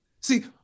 See